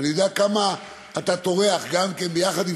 ואני יודע כמה אתה טורח גם כן יחד עם